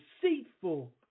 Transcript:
deceitful